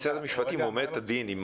משרד המשפטים אומר את הדין,